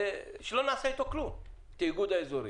שלא נעשה איתו כלום, עם התיאגוד האזורי.